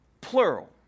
plural